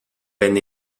venne